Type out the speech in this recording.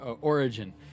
origin